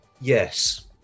Yes